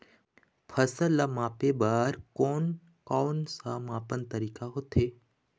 फसल ला मापे बार कोन कौन सा मापन तरीका होथे?